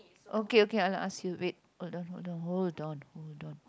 okay okay I'll ask you wait hold on hold on hold on hold on